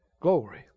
glory